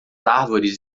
árvores